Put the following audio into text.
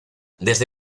desde